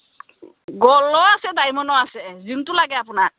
গুল্ডো আছে ডাইমণ্ডো আছে যোনটো লাগে আপোনাক